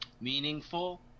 meaningful